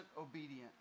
obedient